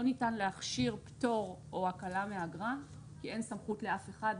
ניתן להכשיר פטור או הקלה מאגרה כי אין סמכות לאף אחד,